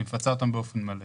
היא מפצה אותן באופן מלא.